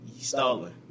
stalling